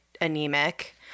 anemic